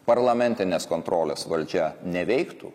parlamentinės kontrolės valdžia neveiktų